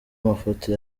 mafoto